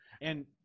And-